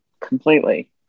completely